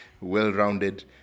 well-rounded